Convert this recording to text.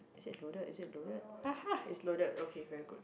is it loaded is it loaded ha ha it's loaded okay very good